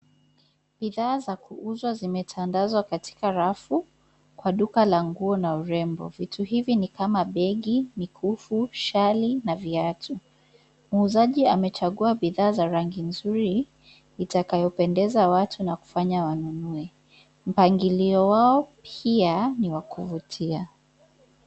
Bidhaa za kuuzwa zimetandazwa katika rafu kwa duka la nguo na urembo. Vitu hivi ni kama begi, mikufu, shali na viatu. Muuzaji amechagua bidhaa za rangi nzuri itakayopendeza watu na kufanya wanunue. Mpangilio wao pia ni wa kuvutia.